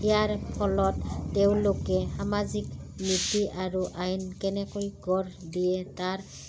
ইয়াৰ ফলত তেওঁলোকে সামাজিক নীতি আৰু আইন কেনেকৈ গঢ় দিয়ে তাৰ